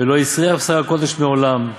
ולא הסריח בשר הקודש מעולם,